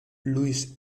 luis